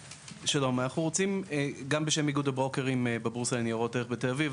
אני מדבר גם בשם איגוד הברוקרים בבורסה לניירות ערך בתל אביב,